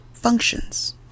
Functions